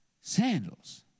Sandals